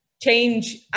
change